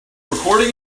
recording